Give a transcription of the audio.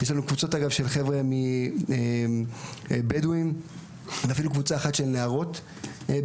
יש לנו אגב קבוצות של חבר'ה בדואים ואפילו קבוצה אחת של נערות בדואיות,